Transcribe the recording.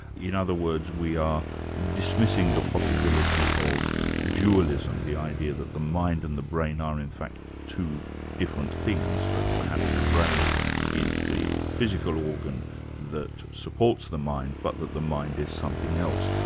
in other words, we are dismissing the possibility of dualism, the idea that the mind and the brain are in fact two different things, that perhaps the brain is the physical organ that supports the mind, but that the mind is something else.